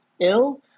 ill